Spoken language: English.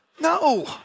No